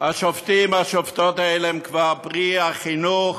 שהשופטים והשופטות האלה הם כבר פרי החינוך